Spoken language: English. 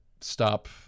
stop-